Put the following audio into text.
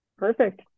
Perfect